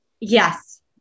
Yes